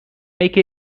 make